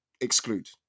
exclude